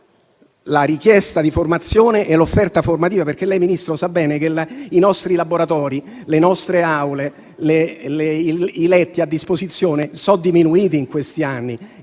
la richiesta di formazione e l'offerta formativa. Lei, signor Ministro, sa bene che i nostri laboratori, le nostre aule, i letti a disposizione sono diminuiti in questi anni